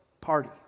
party